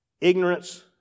ignorance